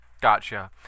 Gotcha